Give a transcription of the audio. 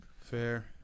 Fair